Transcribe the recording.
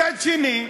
מצד שני,